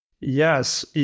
Yes